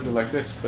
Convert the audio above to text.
like this, but